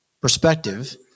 perspective